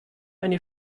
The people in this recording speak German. eine